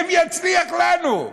האם יצליח לנו?